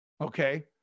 Okay